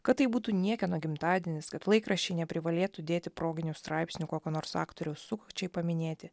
kad tai būtų niekieno gimtadienis kad laikraščiai neprivalėtų dėti proginių straipsnių kokio nors aktoriaus sukakčiai paminėti